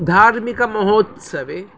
धार्मिकमहोत्सवे